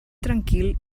tranquil